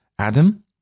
Adam